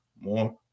more